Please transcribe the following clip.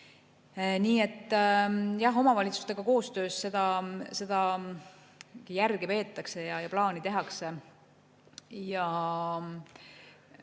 Nii et jah, omavalitsustega koostöös seda järge peetakse ja plaani tehakse.